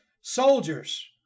soldiers